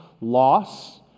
loss